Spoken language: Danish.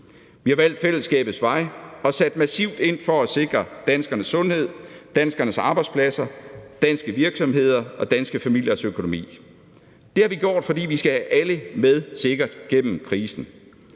Vi har valgt fællesskabets vej og sat massivt ind for at sikre danskernes sundhed, danskernes arbejdspladser, danske virksomheder og danske familiers økonomi. Det har vi gjort, fordi vi skal have alle sikkert med gennem krisen,